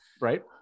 Right